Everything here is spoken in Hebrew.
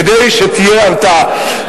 כדי שתהיה הרתעה.